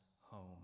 home